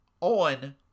on